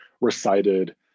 recited